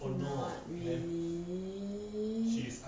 not really